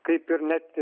kaip ir net